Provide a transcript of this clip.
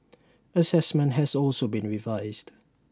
Assessment has also been revised